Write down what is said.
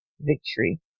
victory